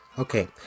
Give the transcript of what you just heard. Okay